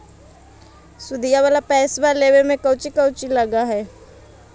सुदिया वाला पैसबा लेबे में कोची कोची लगहय?